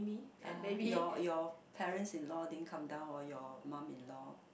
uh your your parents-in-law didn't come down or your mum-in-law